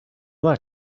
that